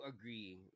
agree